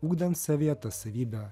ugdant savyje tą savybę